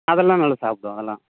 அதல்லாம் நல்லா சாப்பிடும் அதல்லாம்